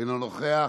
אינו נוכח.